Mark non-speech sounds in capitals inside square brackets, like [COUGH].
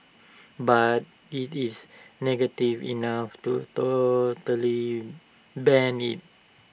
[NOISE] but IT is negative enough to totally ban IT